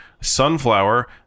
Sunflower